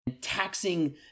taxing